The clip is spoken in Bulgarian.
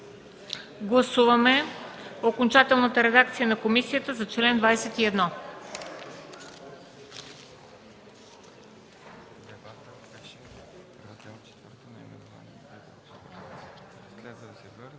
Гласуваме окончателната редакция на комисията за чл. 21.